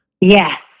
Yes